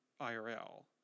IRL